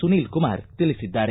ಸುನೀಲ್ ಕುಮಾರ್ ತಿಳಿಸಿದ್ದಾರೆ